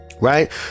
right